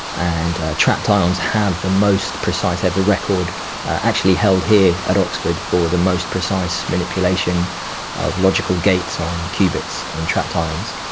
and ah trapped ah ions have the most precise, they have the record actually held here at oxford for the most precise manipulation of logical gates on qubits in trapped ions.